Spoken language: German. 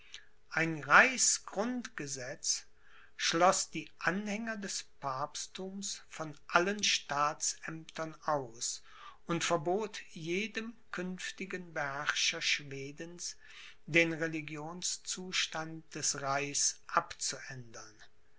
ein reichsgrundgesetz schloß die anhänger des papstthums von allen staatsämtern aus und verbot jedem künftigen beherrscher schwedens den religionszustand des reichs